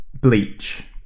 bleach